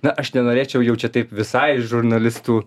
na aš nenorėčiau jau čia taip visai žurnalistų